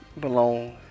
belong